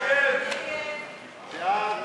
ההסתייגות (84) של קבוצת סיעת הרשימה המשותפת וקבוצת סיעת מרצ